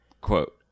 quote